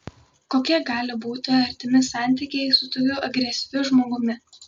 kokie gali būti artimi santykiai su tokiu agresyviu žmogumi